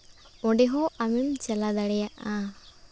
ᱚᱸᱰᱮ ᱦᱚᱸ ᱟᱢᱮᱢ ᱪᱟᱞᱟᱣ ᱫᱟᱲᱮᱭᱟᱜᱼᱟ